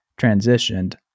transitioned